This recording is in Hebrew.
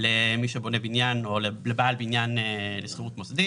למי שבונה בניין או לבעל בניין לשכירות מוסדית.